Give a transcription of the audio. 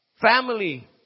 family